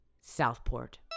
Southport